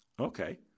Okay